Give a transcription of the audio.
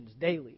daily